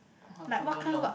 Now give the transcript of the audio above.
I also don't know